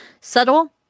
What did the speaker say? subtle